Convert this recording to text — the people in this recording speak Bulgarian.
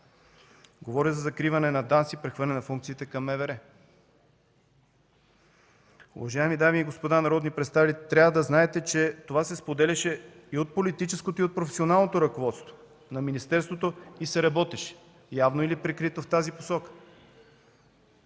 Говоря за закриване на ДАНС и прехвърляне на функциите към МВР. Уважаеми дами и господа народни представители, трябва да знаете, че това се споделяше и от политическото, и от професионалното ръководство на министерството и се работеше – явно или прикрито, в тази посока.